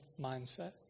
mindset